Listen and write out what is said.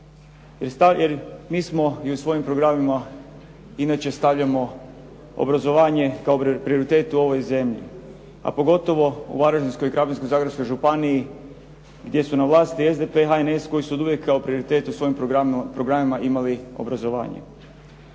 jer mi smo i u svojim programima inače stavljamo obrazovanje kao prioritet u ovoj zemlji, a pogotovo u Varaždinskoj i Krapinsko-zagorskoj županiji gdje su na vlasti SDP i HNS koji su oduvijek kao prioritet u svojim programima imali obrazovanje.